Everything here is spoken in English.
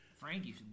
Frankie